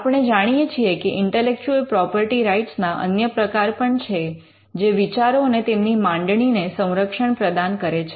આપણે જાણીએ છીએ કે ઇન્ટેલેક્ચુઅલ પ્રોપર્ટી રાઇટ્સ ના અન્ય પ્રકાર પણ છે જે વિચારો અને તેમની માંડણીને સંરક્ષણ પ્રદાન કરે છે